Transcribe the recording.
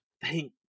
Thank